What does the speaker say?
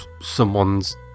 someone's